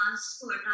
sport